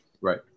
Right